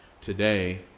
Today